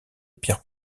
pierre